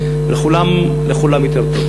לכולם יותר טוב.